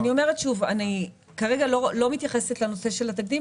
אני אומרת שוב: אני כרגע לא מתייחסת לנושא של התקדים,